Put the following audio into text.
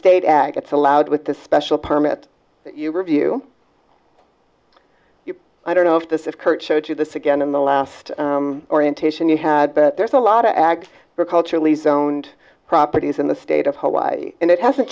state ag it's allowed with the special permit review i don't know if this is current showed you this again in the last orientation you had but there's a lot of ag for culturally zoned properties in the state of hawaii and it hasn't